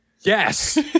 Yes